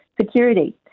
security